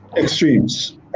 extremes